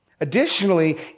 Additionally